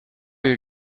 you